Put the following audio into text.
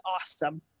awesome